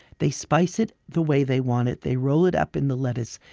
they spice it the way they want it, they roll it up in the lettuce,